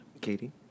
Katie